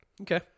Okay